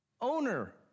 owner